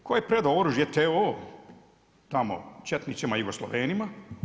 Tko je predao oružje TO tamo četnicima i Jugoslavenima?